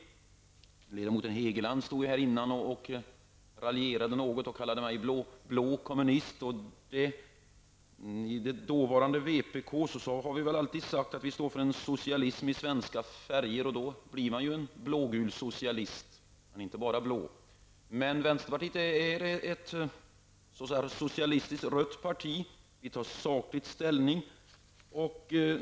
Ledamoten Hegeland raljerade nyss litet och kallade mig blå kommunist. I det dåvarande vpk sade vi alltid att vi stod för en socialism med svenska färger; då blir man ju en blågul socialist -- men inte bara blå. Vänsterpartiet är ett socialistiskt, rött parti. Vi tar saklig ställning.